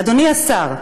אדוני השר,